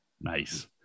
Nice